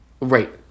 right